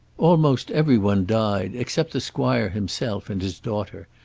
almost every one died, except the squire himself and his daughter,